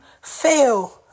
fail